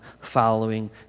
following